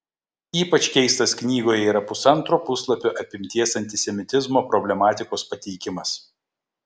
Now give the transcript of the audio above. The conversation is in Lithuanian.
ypač keistas knygoje yra pusantro puslapio apimties antisemitizmo problematikos pateikimas